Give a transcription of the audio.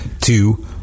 two